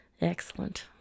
excellent